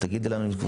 אין נמנעים.